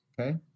okay